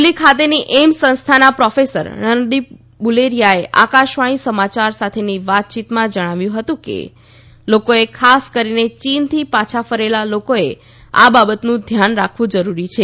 દિલ્ફી ખાતેની એઇમ્સ સંસ્થાના પ્રોફેસર રણદિપ બુલેરીયાએ આકાશવાણી સમાચાર સાથેની વાતચીતમાં જણાવ્યું હતુ કે લોકોએ ખાસ કરીને ચીનથી પાછા ફરેલા લોકોએ આ બાબતોનું ધ્યાન રાખવું જરૂરી છે